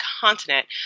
continent